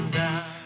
down